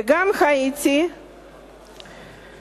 וגם הייתי פרילנסרית